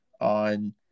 on